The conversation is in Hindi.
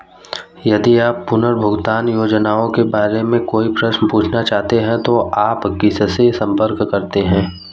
यदि आप पुनर्भुगतान योजनाओं के बारे में कोई प्रश्न पूछना चाहते हैं तो आप किससे संपर्क करते हैं?